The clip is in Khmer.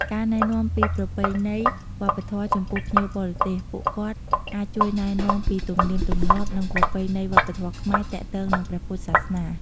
ការរក្សាសន្តិសុខ នៅក្នុងពិធីបុណ្យធំៗ ពុទ្ធបរិស័ទមួយចំនួនក៏អាចជួយរក្សាសន្តិសុខ និងសណ្ដាប់ធ្នាប់ ដើម្បីធានាសុវត្ថិភាពដល់ភ្ញៀវផងដែរ។